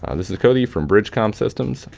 um this is cody from bridgecom systems,